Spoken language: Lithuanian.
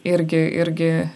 irgi irgi